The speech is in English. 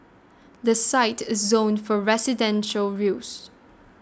the site is zoned for residential use